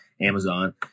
Amazon